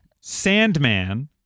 Sandman